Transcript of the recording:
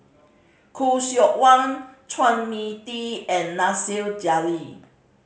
Khoo Seok Wan Chua Mia Tee and Nasir Jalil